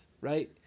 right